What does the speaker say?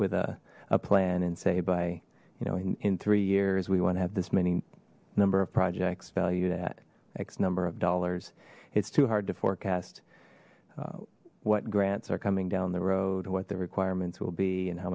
with a plan and say bye you know in three years we want to have this many number of projects valued at x number of dollars it's too hard to forecast what grants are coming down the road what the requirements will be and how